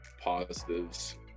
positives